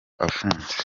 afunze